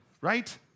Right